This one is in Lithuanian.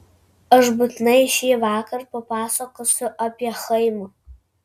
aš būtinai šįvakar papasakosiu apie chaimą